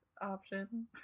option